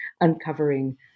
uncovering